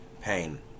pain